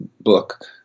book